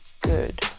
good